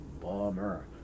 bummer